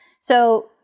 So-